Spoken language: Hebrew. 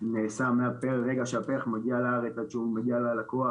שנעשה מהרגע שהפרח מגיע לארץ עד שהוא מגיע ללקוח.